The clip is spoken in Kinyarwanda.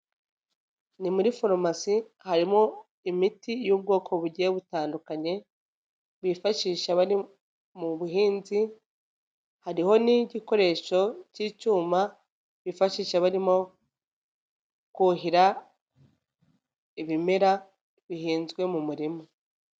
Ni muri farumasi harimo imiti y'ubwoko bugiye butandukanye bifashisha abari mu buhinzi hariho n'igikoresho k'icyuma bifashisha barimo kuhira ibimera bihinzwe mu murima.